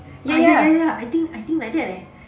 ya